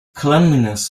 cleanliness